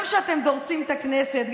גם כשאתם דורסים את הכנסת,